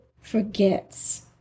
forgets